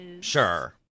Sure